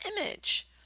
image